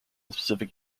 specific